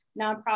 nonprofit